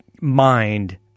mind –